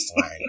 line